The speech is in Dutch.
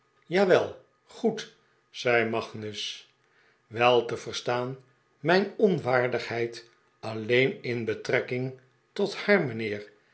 jawel goed zei magnus wel te verstaan mijn onwaardigheid alleen in betrekking tot haar mijnheer